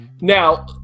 Now